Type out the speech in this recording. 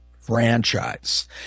franchise